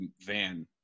van